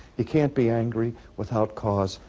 you can't be angry without cause,